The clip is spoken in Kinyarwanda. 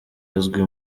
azwi